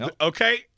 Okay